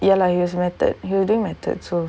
ya lah his method you do method so